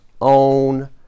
own